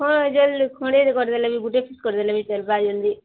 ହଁ ଜଲଦି ଖଣ୍ଡେ ଟେ କରିଦେଲେ ବି ଗୋଟେ ପିସ୍ କରିଦେଲେ ବି ଚଳିବ ଜଲଦି